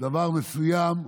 דבר מסוים,